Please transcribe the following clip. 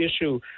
issue